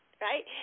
Right